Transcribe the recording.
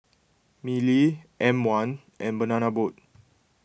Mili M one and Banana Boat